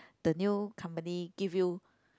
the new company give you